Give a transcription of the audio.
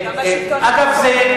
אגב,